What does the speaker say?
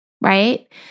right